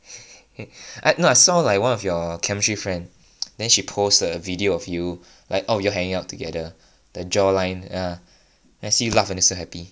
err no I saw one of your chemistry friend then she post a video of you like all of y'all hanging out together the jaw line ya see you laugh until happy